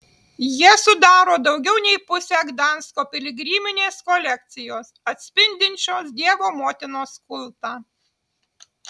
jie sudaro daugiau nei pusę gdansko piligriminės kolekcijos atspindinčios dievo motinos kultą